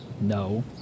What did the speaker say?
No